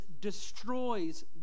destroys